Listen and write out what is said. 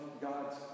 God's